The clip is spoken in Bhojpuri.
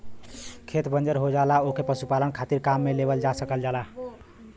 खेत बंजर हो जाला ओके पशुपालन खातिर काम में लेवल जा सकल जाला